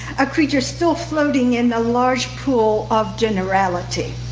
a creature still floating in the large pool of generality.